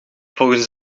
volgens